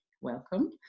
Welcome